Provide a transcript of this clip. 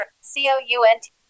C-O-U-N-T